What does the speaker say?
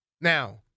Now